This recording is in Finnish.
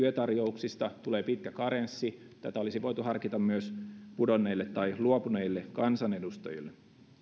työtarjouksista tulee pitkä karenssi tätä olisi voitu harkita myös pudonneille tai luopuneille kansanedustajille